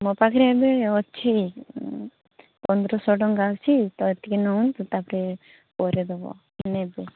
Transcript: ମୋ ପାଖରେ ଏବେ ଅଛି ଉଁ ପନ୍ଦରଶହ ଟଙ୍କା ଅଛି ତ ଏତିକି ନିଅନ୍ତୁ ତାପରେ ପରେ ଦବ ନେବେ